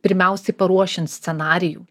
pirmiausiai paruošiant scenarijų